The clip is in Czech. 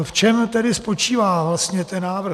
V čem tedy spočívá vlastně ten návrh?